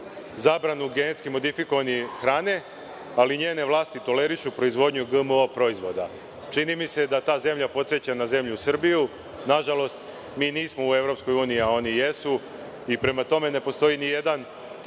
zabranu GM hrane, ali njene vlasti tolerišu GMO proizvode. Čini mi se da ta zemlja podseća na zemlju Srbiju. Nažalost, mi nismo u EU a oni jesu i prema tome ne postoji ni jedan